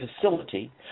facility